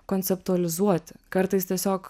konceptualizuoti kartais tiesiog